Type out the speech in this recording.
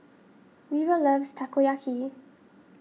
Weaver loves Takoyaki